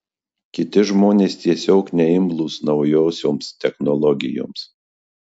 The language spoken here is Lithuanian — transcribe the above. kiti žmonės tiesiog neimlūs naujosioms technologijoms